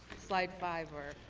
slide five